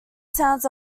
sounds